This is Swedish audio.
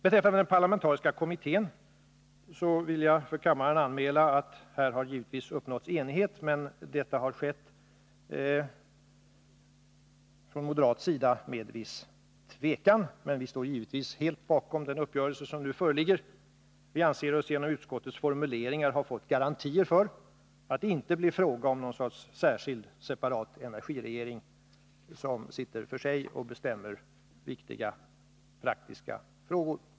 Beträffande den parlamentariska kommittén vill jag för kammaren anmäla att här har uppnåtts enighet. Detta har skett från moderat sida med viss tvekan, men vi står givetvis helt bakom den uppgörelse som nu föreligger. Vi anser oss genom utskottets formuleringar ha fått garantier för att det inte blir fråga om någon separat energiregering som sitter för sig och bestämmer i viktiga praktiska frågor.